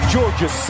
Georgia